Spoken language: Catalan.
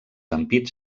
ampits